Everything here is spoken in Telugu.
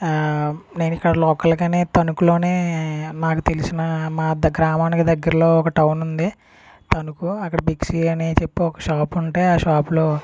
నేను ఇక్కడ లోకల్గానే తణుకులోనే నాకు తెలిసిన మా అత్త గ్రామానికి దగ్గరలో ఒక టౌన్ ఉంది అనుకో అక్కడ బిగ్సి అని చెప్పి ఒక షాప్ ఉంటే ఆ షాప్లో